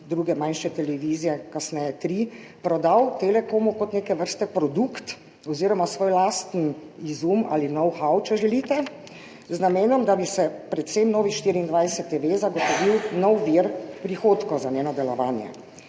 druge manjše televizije, kasneje tri, prodal Telekomu kot neke vrste produkt oziroma svoj lasten izum ali know-how, če želite, z namenom, da bi se predvsem Novi24TV zagotovil nov vir prihodkov za njeno delovanje.